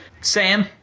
Sam